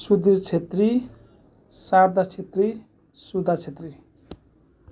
Sudhir Chhetri Sharada Chhetri Sudha Chhetri